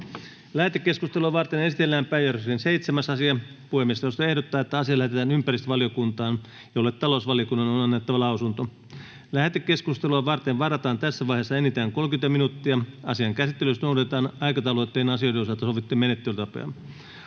Lähetekeskustelua varten esitellään päiväjärjestyksen 7. asia. Puhemiesneuvosto ehdottaa, että asia lähetetään ympäristövaliokuntaan, jolle talousvaliokunnan on annettava lausunto. Lähetekeskusteluun varataan tässä vaiheessa enintään 30 minuuttia. Asian käsittelyssä noudatetaan aikataulutettujen asioiden osalta sovittuja menettelytapoja.